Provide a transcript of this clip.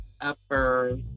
upper